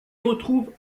retrouvent